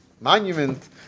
monument